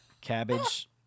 Cabbage